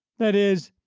that is,